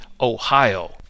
Ohio